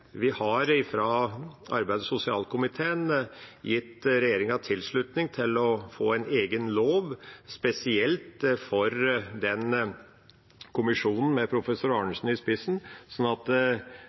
Vi har fra arbeids- og sosialkomiteen gitt regjeringa tilslutning til å få en egen lov spesielt for den kommisjonen, med professor